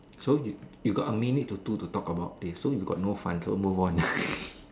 so you you got a minute to two to talk about this so you got no fun so move on